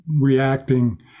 reacting